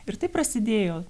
ir taip prasidėjo